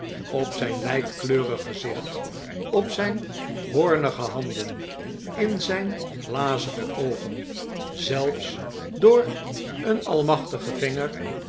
op zijn lijkkleurig gezicht op zijn hoornige handen in zijn glazige oogen zelfs door een almachtigen vinger